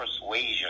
persuasion